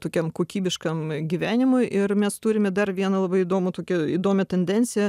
tokiam kokybiškam gyvenimui ir mes turime dar vieną labai įdomų tokią įdomią tendenciją